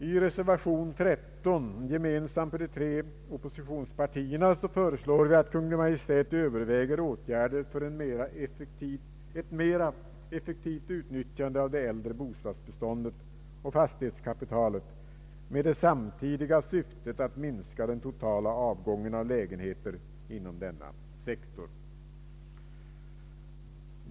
I reservation 13 — gemensam för de tre oppositionspartierna — föreslår vi att Kungl. Maj:t överväger åtgärder för ett mera effektivt utnyttjande av det äldre bostadsbeståndet och fastighetskapitalet, med det samtidiga syftet att minska den totala avgången av lägenheter inom denna sektor.